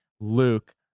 Luke